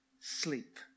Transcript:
sleep